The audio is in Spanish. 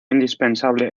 indispensable